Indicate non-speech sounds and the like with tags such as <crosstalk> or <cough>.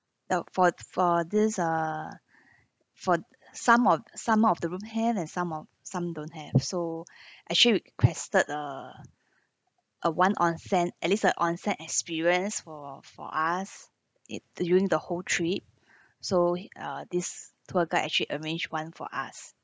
uh for for this err for some of some of the room have and some of some don't have so <breath> actually requested a a one onsen at least a onsen experience for for us it during the whole trip so uh this tour guide actually arranged one for us